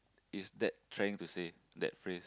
is that trying to say that phrase